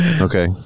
Okay